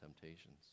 temptations